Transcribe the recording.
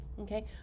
okay